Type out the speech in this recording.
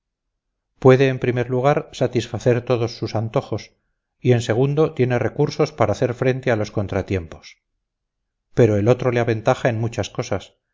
puede en primer lugar satisfacer todos sus antojos y en segundo tiene recursos para hacer frente a los contratiempos pero el otro le aventaja en muchas cosas